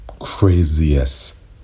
craziest